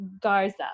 Garza